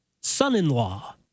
Son-in-Law